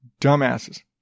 Dumbasses